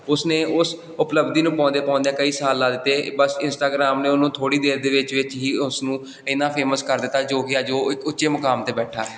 ਉਸ ਨੇ ਉਸ ਉਪਲਬਧੀ ਨੂੰ ਪਾਉਂਦੇ ਪਾਉਂਦਿਆਂ ਕਈ ਸਾਲ ਲਾ ਦਿੱਤੇ ਬਸ ਇੰਸਟਾਗਰਾਮ ਨੇ ਉਹਨੂੰ ਥੋੜ੍ਹੀ ਦੇਰ ਦੇ ਵਿੱਚ ਵਿੱਚ ਹੀ ਉਸ ਨੂੰ ਇੰਨਾ ਫੇਮਸ ਕਰ ਦਿੱਤਾ ਜੋ ਕਿ ਅੱਜ ਉਹ ਇੱਕ ਉੱਚੇ ਮੁਕਾਮ 'ਤੇ ਬੈਠਾ ਹੈ